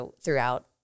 throughout